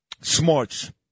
smarts